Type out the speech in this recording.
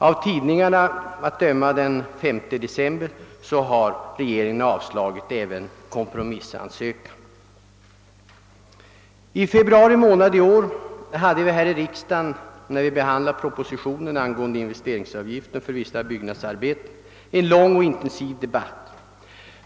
Av tidningarna av den 5 december att döma har regeringen avslagit även kompromissansökan. I februari månad i år hade vi här i riksdagen, när vi behandlade propositionen angående investeringsavgifter för vissa byggnadsarbeten en lång och intensiv. debatt.